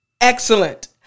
Excellent